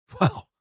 Wow